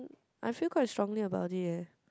I feel quite strongly about it eh